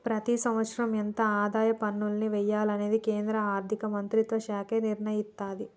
ప్రతి సంవత్సరం ఎంత ఆదాయ పన్నుల్ని వెయ్యాలనేది కేంద్ర ఆర్ధిక మంత్రిత్వ శాఖే నిర్ణయిత్తది